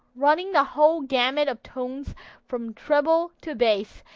running the whole gamut of tones from treble to bass,